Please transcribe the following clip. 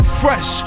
fresh